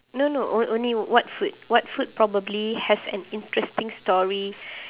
no no o~ only what food what food probably has an interesting story